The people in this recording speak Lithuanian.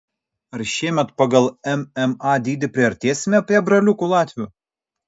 ar šiemet pagal mma dydį priartėsime prie braliukų latvių